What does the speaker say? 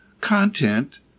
content